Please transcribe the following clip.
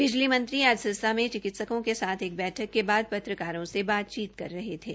बिजली मंद्वह आज सिरसा में चिकितसकों के साथ एक बैठक के बाद पत्रकारों से बातचीत कर रहे थे